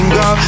go